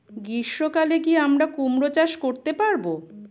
গ্রীষ্ম কালে কি আমরা কুমরো চাষ করতে পারবো?